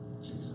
Jesus